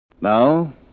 Now